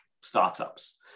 startups